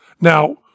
Now